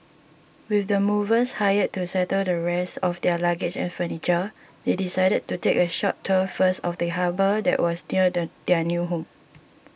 with the movers hired to settle the rest of their luggage and furniture they decided to take a short tour first of the harbour that was near the their new home